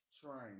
trying